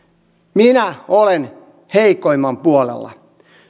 minä olen heikoimman puolella